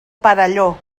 perelló